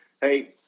hey